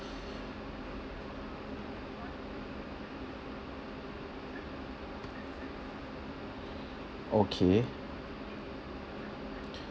okay